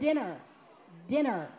dinner dinner